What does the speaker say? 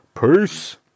Peace